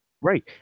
Right